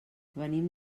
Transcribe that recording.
venim